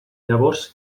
llavors